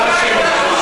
הוא לא גורם מוסמך.